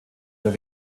oder